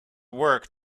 work